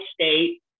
State